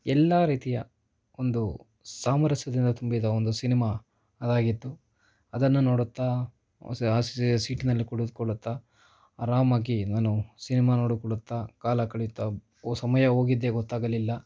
ಎಲ್ಲ ರೀತಿಯ ಒಂದು ಸಾಮರಸ್ಯದಿಂದ ತುಂಬಿದ ಒಂದು ಸಿನಿಮಾ ಅದಾಗಿತ್ತು ಅದನ್ನು ನೋಡುತ್ತಾ ಆ ಸೀಟಿನಲ್ಲಿ ಕುಳಿತುಕೊಳ್ಳುತ್ತಾ ಆರಾಮಾಗಿ ನಾನು ಸಿನಿಮಾ ನೋಡಿಕೊಳ್ಳುತ್ತಾ ಕಾಲ ಕಳೆಯುತ್ತಾ ಹೋ ಸಮಯ ಹೋಗಿದ್ದೇ ಗೊತ್ತಾಗಲಿಲ್ಲ